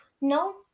no